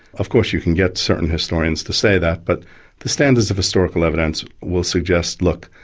of course, you can get certain historians to say that, but the standards of historical evidence will suggest, look,